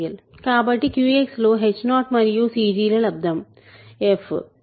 కాబట్టి QX లో h0మరియు cg ల లబ్దం f